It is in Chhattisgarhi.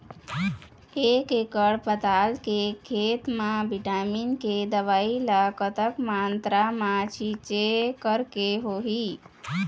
एक एकड़ पताल के खेत मा विटामिन के दवई ला कतक मात्रा मा छीचें करके होही?